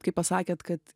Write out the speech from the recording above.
kai pasakėt kad